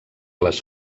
les